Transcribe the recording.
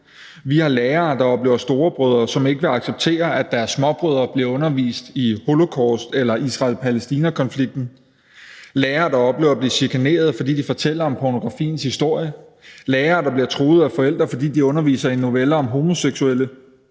Vi har lærere, der oplever storebrødre, som ikke vil acceptere, at deres småbrødre bliver undervist i holocaust eller Israel-Palæstina-konflikten; lærere, der oplever at blive chikaneret, fordi de fortæller om pornografiens historie; lærere, der bliver truet af forældre, fordi de underviser i en novelle om homoseksuelle;